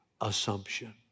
assumption